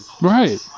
right